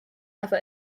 other